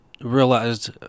realized